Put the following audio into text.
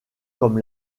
comme